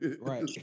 Right